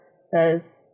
says